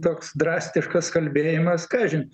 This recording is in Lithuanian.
toks drastiškas kalbėjimas kažin